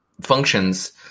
functions